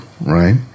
right